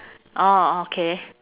orh okay